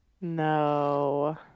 No